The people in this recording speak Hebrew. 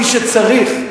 מי שצריך.